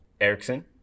Erickson